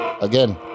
Again